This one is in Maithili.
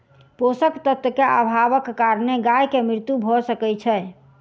पोषक तत्व के अभावक कारणेँ गाय के मृत्यु भअ सकै छै